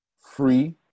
free